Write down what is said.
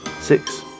Six